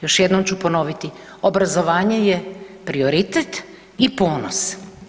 Još jednom ću ponoviti, obrazovanje je prioritet i ponos.